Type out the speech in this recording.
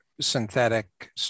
synthetic